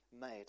made